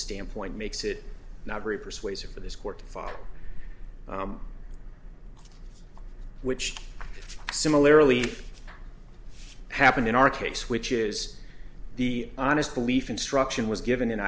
standpoint makes it not very persuasive for this court which similarily happened in our case which is the honest belief instruction was given in